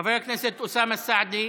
חבר הכנסת אוסאמה סעדי.